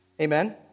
Amen